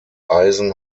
eisen